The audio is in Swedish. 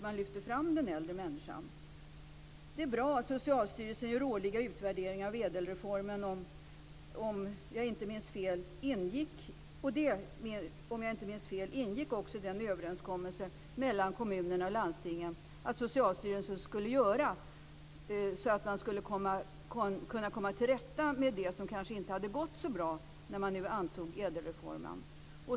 Man lyfter fram den äldre människan. Det är bra att Socialstyrelsen gör årliga utvärderingar av ädelreformen. Om jag inte minns fel ingick också den överenskommelsen mellan kommunerna och landstingen att Socialstyrelsen skulle göra så att man kunde komma till rätta med det som kanske inte hade gått så bra när man antog ädelreformen.